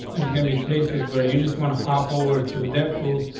there's gonna be cases where you just want to hop over to death tools.